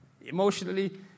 emotionally